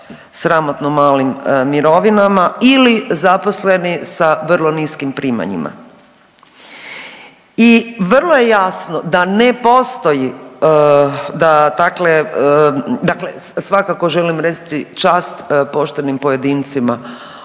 sramotno malim mirovinama ili zaposleni sa vrlo niskim primanjima. I vrlo je jasno da ne postoji, da dakle, dakle svakako želim reći čast poštenim pojedincima